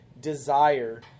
desire